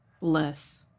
Less